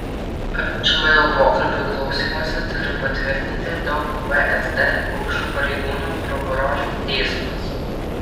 prašymą dėl pokalbių klausymosi turi patvirtinti daug vsd aukštų pareigūnų prokurorai teismas